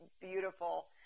beautiful